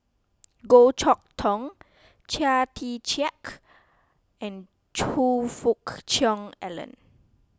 Goh Chok Tong Chia Tee Chiak and Choe Fook Cheong Alan